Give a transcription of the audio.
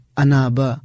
anaba